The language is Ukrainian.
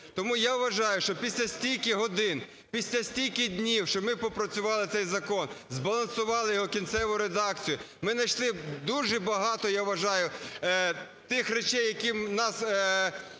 Тому я вважаю, що після стільки годин, після стільки днів, що ми попрацювали цей закон, збалансували його кінцеву редакцію. Ми найшли дуже багато, я вважаю, тих речей, які нас...